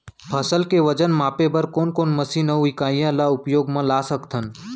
फसल के वजन मापे बर कोन कोन मशीन अऊ इकाइयां ला उपयोग मा ला सकथन?